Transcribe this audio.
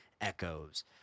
echoes